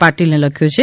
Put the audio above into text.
પાટીલને લખ્યો છે